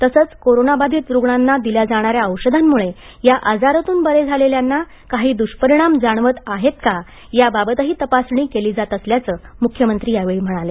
तसंच कोरोनाबाधित रुग्णांना दिल्या जाणाऱ्या औषधांमुळे या आजारातून बरे झालेल्यांना काही दूष्परिणाम जाणवत आहेत का याबाबतही तपासणी केली जात असल्याचं मुख्यमंत्री म्हणाले